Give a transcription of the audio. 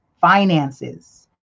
finances